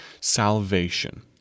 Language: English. Salvation